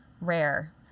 rare